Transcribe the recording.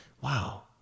wow